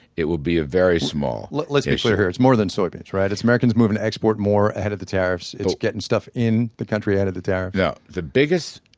it will be ah very small let's be clear here. it's more than soybeans, right? it's americans moving to export more ahead of the tariffs. it's getting stuff in the country ahead of the tariffs yeah the biggest,